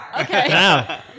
Okay